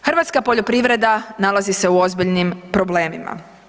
Hrvatska poljoprivreda nalazi se u ozbiljnim problemima.